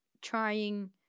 trying